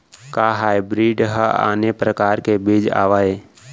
का हाइब्रिड हा आने परकार के बीज आवय?